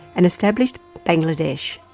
and established bangladesh.